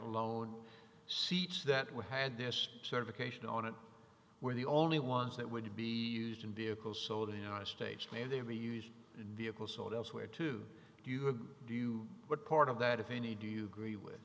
alone seach that we had this certification on it where the only ones that would be used in vehicles sold in our state and then be used in vehicles sold elsewhere to you have do you what part of that if any do you agree with